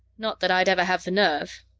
not that i'd ever have the nerve.